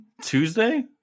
Tuesday